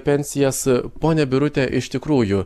pensijas ponia birute iš tikrųjų